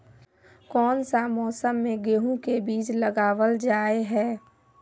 कोन सा मौसम में गेंहू के बीज लगावल जाय है